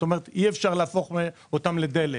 אי אפשר להפוך אותם לדלק.